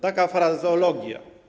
Taka frazeologia.